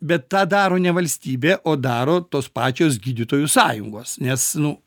bet tą daro ne valstybė o daro tos pačios gydytojų sąjungos nes nu